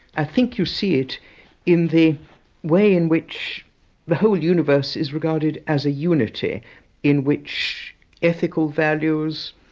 i think you see it in the way in which the whole universe is regarded as a unity in which ethical values,